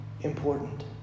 important